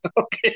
Okay